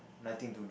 nothing to